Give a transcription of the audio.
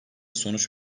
sonuç